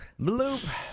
Bloop